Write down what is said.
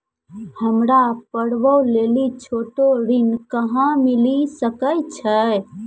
हमरा पर्वो लेली छोटो ऋण कहां मिली सकै छै?